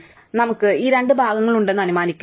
അതിനാൽ നമുക്ക് ഈ രണ്ട് ഭാഗങ്ങളുണ്ടെന്ന് അനുമാനിക്കാം